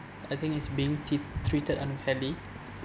I think it's being tr~ treated unfairly